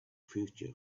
future